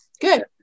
good